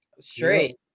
Straight